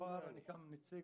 ונציג